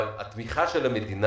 אבל התמיכה של המדינה